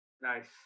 Nice